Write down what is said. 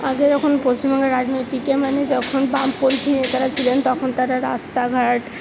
আগে যখন পশ্চিমবঙ্গের রাজনৈতিকের মানে যখন বামপন্থী নেতারা ছিলেন তখন তাঁরা রাস্তাঘাট